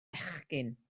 fechgyn